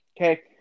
Okay